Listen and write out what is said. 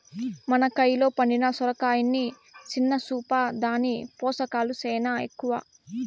మన కయిలో పండిన సొరకాయని సిన్న సూపా, దాని పోసకాలు సేనా ఎక్కవ